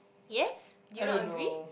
yes do you not agree